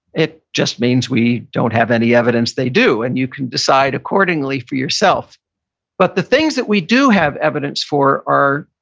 it just means we don't have any evidence they do. and you can decide accordingly for yourself but the things that we do have evidence for are,